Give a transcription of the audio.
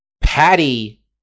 Patty